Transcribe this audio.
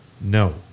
No